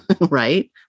right